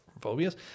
phobias